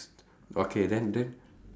okay then then